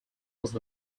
was